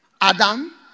Adam